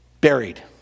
buried